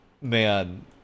man